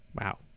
Wow